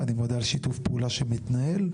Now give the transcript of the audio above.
ואני מודה על שיתוף הפעולה שמתנהל,